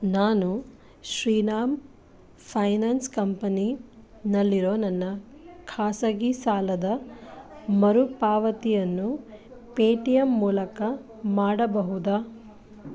ನಾನು ಶ್ರೀನಾಮ್ ಫೈನನ್ಸ್ ಕಂಪನಿನಲ್ಲಿರೋ ನನ್ನ ಖಾಸಗಿ ಸಾಲದ ಮರುಪಾವತಿಯನ್ನು ಪೇಟಿಎಮ್ ಮೂಲಕ ಮಾಡಬಹುದಾ